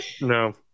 no